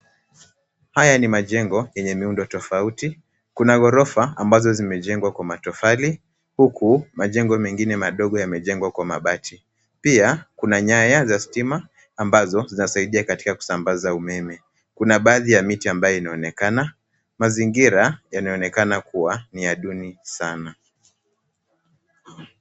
Haya ni majengo enye muundo tafauti kuna gorofa ambazo zimejengwa kwa motafali huku majengo mengine madogo yamejengwa kwa mabati, pia kuna nyanya za stima ambazo zinasaidia kusambaza umeme. Kuna baadhi ya miti ambaye inaonekana, mazingira yanaonekana kuwa ni ya duni sana.